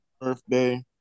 birthday